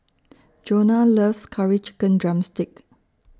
Jonna loves Curry Chicken Drumstick